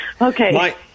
okay